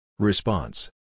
Response